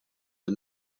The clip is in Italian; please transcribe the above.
del